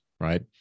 right